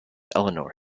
eleanor